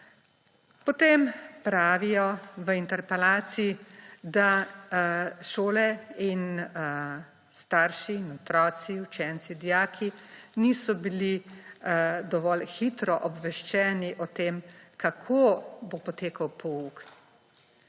Potem pravijo v interpelaciji, da šole in starši in otroci, učenci, dijaki niso bili dovolj hitro obveščeni o tem, kako bo potekal pouk.